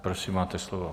Prosím, máte slovo.